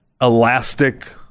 elastic